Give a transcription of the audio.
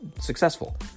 successful